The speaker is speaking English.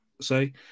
Say